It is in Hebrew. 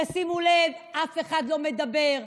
ושימו לב: אף אחד לא מדבר,